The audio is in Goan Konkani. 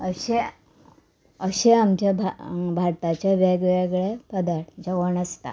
अशे अशे आमचे भा भारताचे वेगवेगळे पदार्थ जेवण आसता